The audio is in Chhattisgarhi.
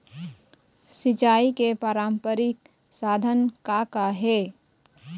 सिचाई के पारंपरिक साधन का का हे?